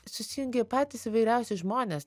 susijungė patys įvairiausi žmonės